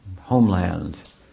homeland